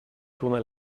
tourna